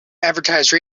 advertise